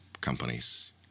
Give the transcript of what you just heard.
companies